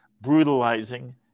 brutalizing